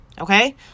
okay